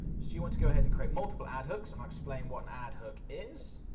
so you want to go ahead and create multiple ad hooks, and i'll explain what an ad hook is.